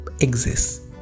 exists